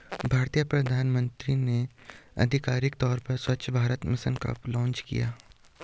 भारतीय प्रधानमंत्री ने आधिकारिक तौर पर स्वच्छ भारत मिशन कब लॉन्च किया?